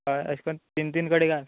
हय अशें कन तीन तीन कडेन घाल